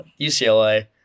UCLA